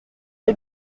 est